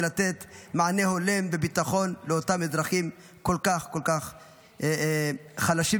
לתת מענה הולם וביטחון לאותם אזרחים כל כך כל כך חלשים,